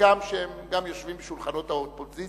חלקם גם יושבים לשולחנות האופוזיציה,